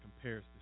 compares